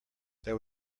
there